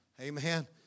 Amen